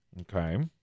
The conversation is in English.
Okay